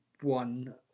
one